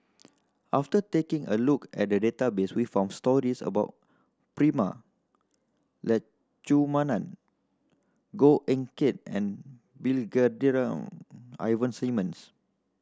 after taking a look at the database we found stories about Prema Letchumanan Goh Eck Kheng and Brigadier Ivan Simsons